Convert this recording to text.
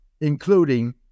including